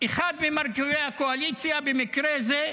אחד ממרכיבי הקואליציה, במקרה זה,